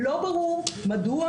לא ברור מדוע